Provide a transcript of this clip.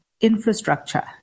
infrastructure